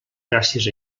gràcies